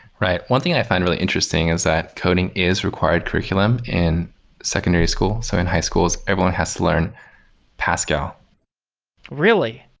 right. one thing i find really interesting is that coding is required curriculum in secondary school. so, in high schools, everyone has to learn pascal really?